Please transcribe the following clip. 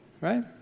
Right